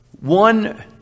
one